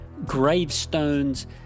gravestones